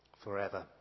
forever